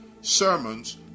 sermons